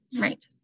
Right